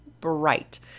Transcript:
bright